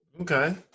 Okay